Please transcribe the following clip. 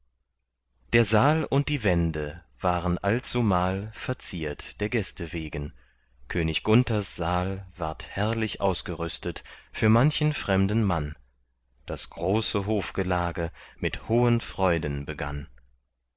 der saal und die wände waren allzumal verziert der gäste wegen könig gunthers saal ward herrlich ausgerüstet für manchen fremden mann das große hofgelage mit hohen freuden begann